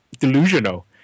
delusional